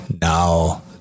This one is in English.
now